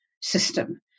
system